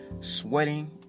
Sweating